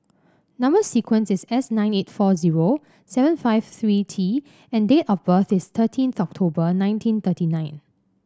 number sequence is S nine eight four zero seven five three T and date of birth is thirteenth October nineteen thirty nine